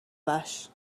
وحش